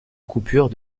coupure